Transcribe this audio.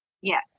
Yes